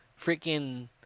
freaking